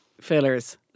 fillers